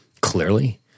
clearly